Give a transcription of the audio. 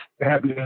happy